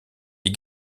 dit